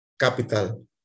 capital